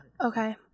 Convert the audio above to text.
Okay